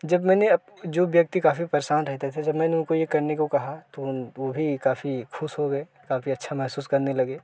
जब मैंने अप जो व्यक्ति काफी परेशान रेहते थे जब मैंने उनको ये करने को कहा तो वो भी काफी खुश हो गए काफी अच्छा मेहसूस करने लगे